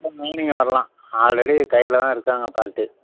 ma'am evening வரலாம் already கையில தான் இருக்காங்கள் பார்ட்டி